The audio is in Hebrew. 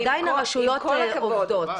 עדיין הרשויות עובדות.